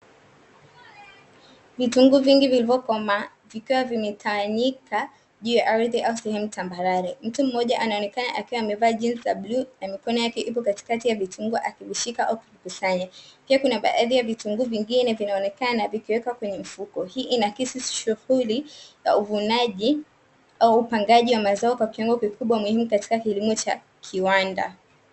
vitunguu vingi vilivyo komaa vikiwa vimetawanyika juu ya ardhi au sehemu tambarare mtu mmoja anaonekana akiwa amevaa jinzi ya bluu na mikono yake ipo katikati ya vitunguu akivishika au kukusanya pia kuna baadhi ya vitunguu vingine vinaonekana vikiwekwa kwenye mfuko hii inahisi shughuli ya uvunaji au upangaji wa mazao kwa kiwango kikubwa muhimu katika kilimo cha kiwanda.